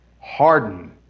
harden